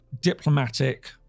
diplomatic